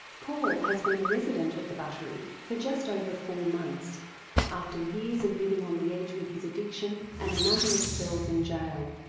paul has been a resident at the buttery for just over four months after years of living on the edge with his addiction and a number of spells in goal.